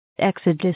Exodus